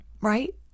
Right